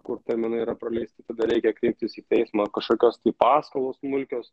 kur terminai yra praleisti tada reikia kreiptis į teismą kažkokios tai paskolos smulkios